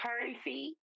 currency